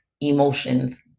emotions